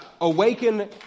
awaken